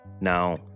Now